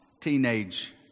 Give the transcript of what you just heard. teenage